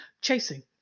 chasing